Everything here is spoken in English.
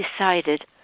decided